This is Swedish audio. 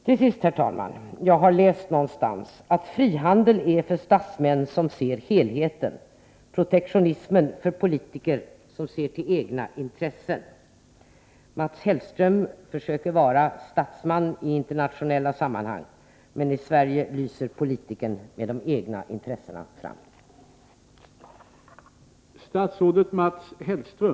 Till sist, herr talman: Jag har läst någonstans att frihandel är för statsmän som ser helheten, protektionism för politiker som ser till egna intressen. Mats Hellström försöker vara statsman i internationella sammanhang, men i Sverige lyser politikern med de egna intressena fram.